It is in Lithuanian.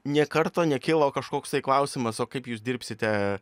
nė karto nekilo kažkoks tai klausimas o kaip jūs dirbsite